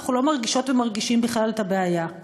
אנחנו לא מרגישות ומרגישים בכלל את הבעיה.